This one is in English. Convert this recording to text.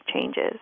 changes